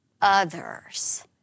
others